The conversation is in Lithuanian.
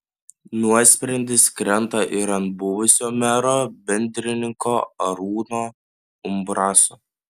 nuosprendis krenta ir ant buvusio mero bendrininko arūno umbraso